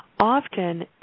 often